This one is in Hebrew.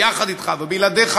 יחד אתך ובלעדיך,